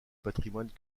patrimoine